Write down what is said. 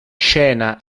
scena